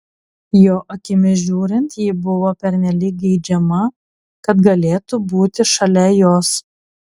jo akimis žiūrint ji buvo pernelyg geidžiama kad galėtų būti šalia jos